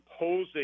imposing